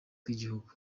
tw’igihugu